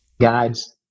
guides